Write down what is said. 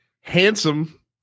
handsome